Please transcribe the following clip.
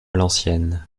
l’ancienne